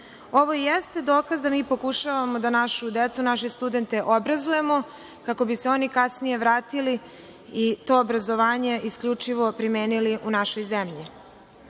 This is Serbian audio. Ovo jeste dokaz da mi pokušavamo da našu decu, naše studente obrazujemo, kako bi se oni kasnije vratili i to obrazovanje isključivo primenili u našoj zemlji. Takođe